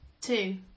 Two